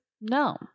No